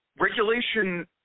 regulation